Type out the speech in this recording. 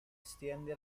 extiende